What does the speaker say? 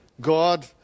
God